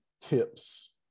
tips